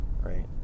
right